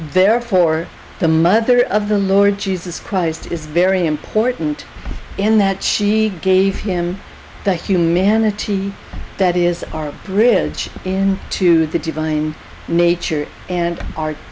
therefore the mother of the lord jesus christ is very important in that she gave him the humanity that is our bridge in to the divine nature and